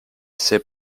see